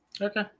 Okay